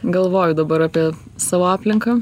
galvoju dabar apie savo aplinką